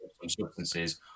substances